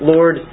Lord